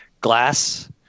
glass